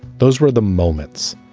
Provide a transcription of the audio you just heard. those were the moments.